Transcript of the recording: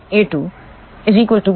तो a2 ƬL b2 है